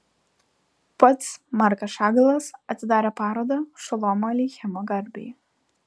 pats markas šagalas atidarė parodą šolomo aleichemo garbei